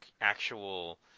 actual